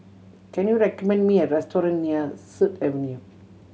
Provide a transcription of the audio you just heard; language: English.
can you recommend me a restaurant near Sut Avenue